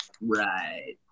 Right